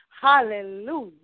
Hallelujah